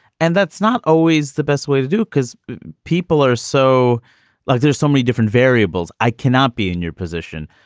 and that's not always the best way to do because people are so like there's so many different variables. i cannot be in your position.